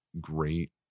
great